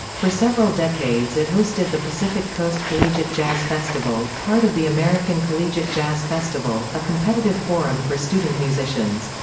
for several decades it hosted the pacific coast collegiate jazz festival, part of the american collegiate jazz festival, a competitive forum for student musicians.